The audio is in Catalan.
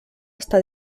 està